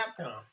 Capcom